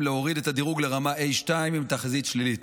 להוריד את הדירוג לרמה A2 עם תחזית שלילית.